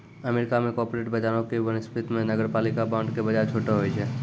America मे corporate बजारो के वनिस्पत मे नगरपालिका बांड के बजार छोटो होय छै